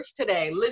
today